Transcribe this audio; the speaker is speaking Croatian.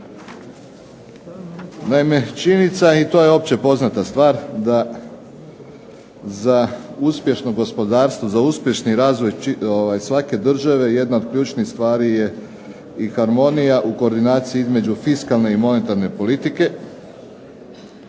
Naime, činjenica je i to je opća poznata stvar da za uspješno gospodarstvo, za uspješni razvoj svake države jedna od ključnih stvari je i harmonije u koordinaciji između fiskalne i monetarne politike.